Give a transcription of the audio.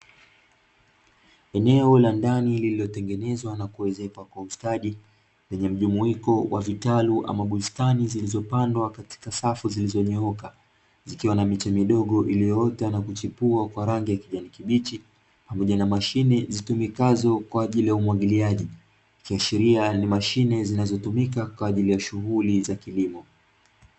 Eneo la ndani lililotengenezwa na kuezekwa kwa ustadi lenye mjumuiko wa vitalu ama bustani, zilizopandwa katika safu zilizonyooka, zikiwa na miche midogo iliyoota na kuchipua kwa rangi ya kijani kibichi, pamoja na mashine zitumikazo kwa ajili ya umwagiliaji zikiashiria ni mashine zinazotumika kwa ajili ya shighuli za kilimo.